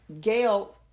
Gail